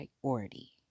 priority